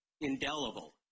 Indelible